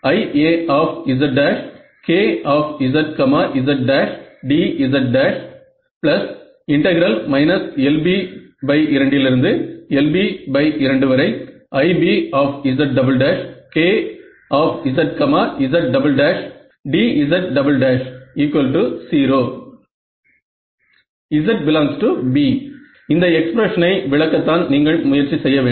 LA2LA2IAzKzzdz LB2LB2IBzKzzdz0 zB இந்த எக்ஸ்பிரஷனை விளக்கத்தான் நீங்கள் முயற்சி செய்ய வேண்டும்